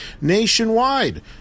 nationwide